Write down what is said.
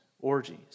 orgies